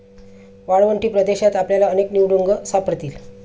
वाळवंटी प्रदेशात आपल्याला अनेक निवडुंग सापडतील